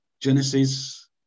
Genesis